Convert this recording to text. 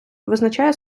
визначає